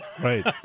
Right